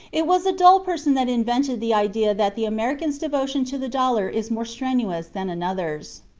it was a dull person that invented the idea that the american's devotion to the dollar is more strenuous than another's.